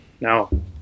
No